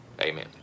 Amen